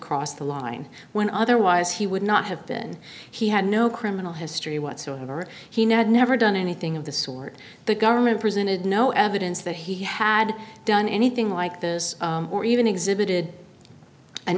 cross the line when otherwise he would not have been he had no criminal history whatsoever he now had never done anything of the sort the government presented no evidence that he had done anything like this or even exhibited an